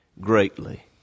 greatly